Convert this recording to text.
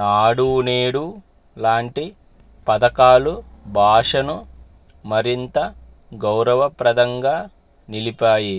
నాడు నేడు లాంటి పథకాలు భాషను మరింత గౌరవప్రదంగా నిలిపాయి